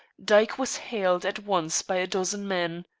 dyke was hailed at once by a dozen men.